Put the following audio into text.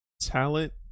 Talent